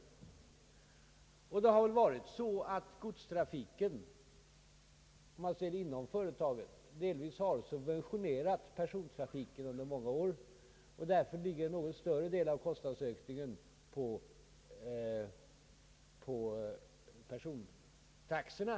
Godstrafiken har, som man ser det inom företaget under många år, delvis fått subventionera persontrafiken, varför det nu blivit en något större del av kostnadsökningen som fallit på persontaxorna.